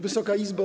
Wysoka Izbo!